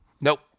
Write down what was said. Nope